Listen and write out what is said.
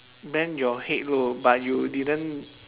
bend your head low but you didn't